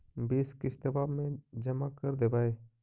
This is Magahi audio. बिस किस्तवा मे जमा कर देवै?